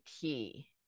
key